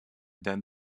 than